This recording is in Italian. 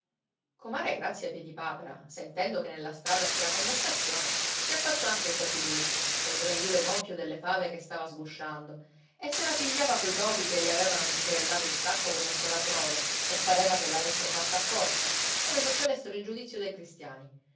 comare grazia piedipapera sentendo che nella strada c'era conversazione si affacciò anch'essa sull'uscio col grembiule gonfio delle fave che stava sgusciando e se la pigliava coi topi che le avevano bucherellato il sacco come un colabrodo e pareva che l'avessero fatto apposta come se ci avessero il giudizio dei cristiani